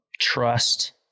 Trust